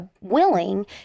willing